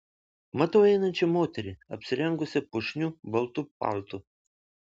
matau einančią moterį apsirengusią puošniu baltu paltu